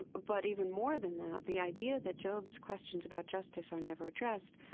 and but even more than that, the idea that job's questions about justice are never addressed,